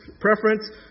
preference